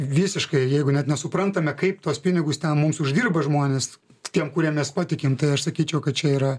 visiškai jeigu net nesuprantame kaip tuos pinigus ten mums uždirba žmonės tiem kuriem mes patikim tai aš sakyčiau kad čia yra